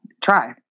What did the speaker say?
try